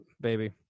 baby